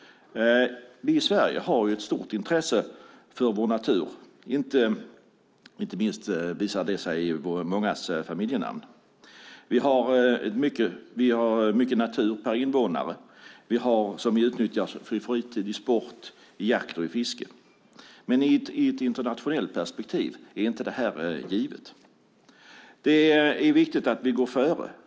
Vi i Sverige har ett stort intresse för vår natur, inte minst visar det sig i många av våra familjenamn. Vi har mycket natur per invånare som vi utnyttjar för fritid, sport, jakt och fiske. Men i ett internationellt perspektiv är detta inte givet. Det är viktigt att vi går före.